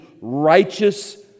righteous